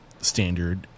standard